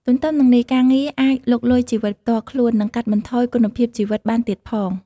ទទ្ទឹមនឹងនេះ ការងារអាចលុកលុយជីវិតផ្ទាល់ខ្លួន និងកាត់បន្ថយគុណភាពជីវិតបានទៀតផង។